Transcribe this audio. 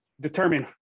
determine